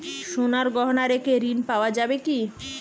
সোনার গহনা রেখে ঋণ পাওয়া যাবে কি?